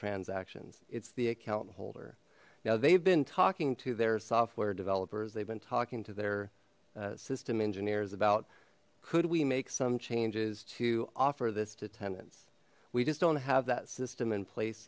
transactions it's the account holder now they've been talking to their software developers they've been talking to their system engineers about could we make some changes to offer this to tenants we just don't have that system in place